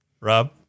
Rob